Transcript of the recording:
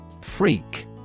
Freak